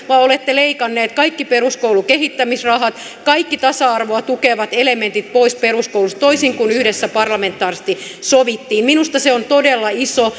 vaan olette leikanneet kaikki peruskoulun kehittämisrahat kaikki tasa arvoa tukevat elementit pois peruskoulusta toisin kuin yhdessä parlamentaarisesti sovittiin minusta se on todella iso